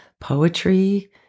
poetry